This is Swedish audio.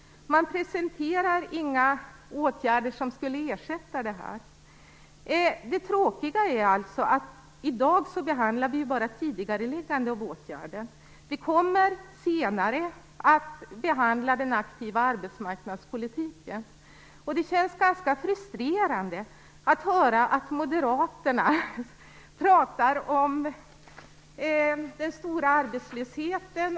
Man presenterar inga åtgärder som skulle kunna ersätta detta. Det tråkiga är alltså att vi i dag bara behandlar tidigareläggande av åtgärden. Vi kommer senare att behandla den aktiva arbetsmarknadspolitiken. Det känns ganska frustrerande att höra moderaterna prata om den stora arbetslösheten.